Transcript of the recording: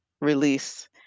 release